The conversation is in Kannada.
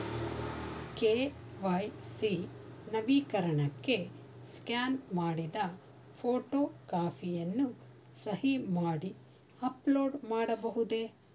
ಕೆ.ವೈ.ಸಿ ನವೀಕರಣಕ್ಕೆ ಸ್ಕ್ಯಾನ್ ಮಾಡಿದ ಫೋಟೋ ಕಾಪಿಯನ್ನು ಸಹಿ ಮಾಡಿ ಅಪ್ಲೋಡ್ ಮಾಡಬಹುದೇ?